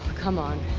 come on.